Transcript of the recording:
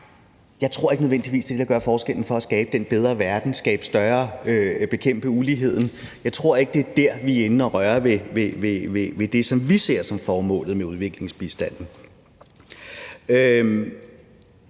Jeg tror ikke nødvendigvis, det er det, der gør forskellen for at skabe den bedre verden og bekæmpe uligheden – jeg tror ikke, det er der, vi er inde at røre ved det, som vi ser som formålet med udviklingsbistanden